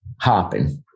hopping